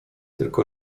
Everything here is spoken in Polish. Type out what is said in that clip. tylko